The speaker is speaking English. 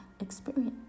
experience